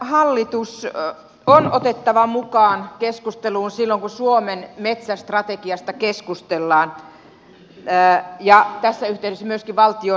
metsähallitus on otettava mukaan keskusteluun silloin kun suomen metsästrategiasta keskustellaan ja tässä yhteydessä myöskin valtion metsät